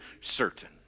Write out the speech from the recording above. certain